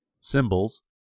symbols